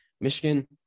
Michigan